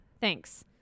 Thanks